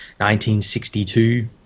1962